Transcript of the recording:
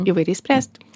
įvairiai spręsti